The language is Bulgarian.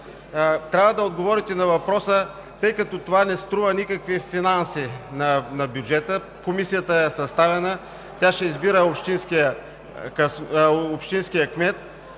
трябва да отговорите на въпроса. Тъй като това не струва никакви финанси на бюджета, Комисията е съставена, тя ще избира общинския кмет,